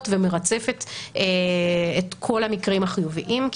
ומרצפת כמעט את כל המקרים החיוביים.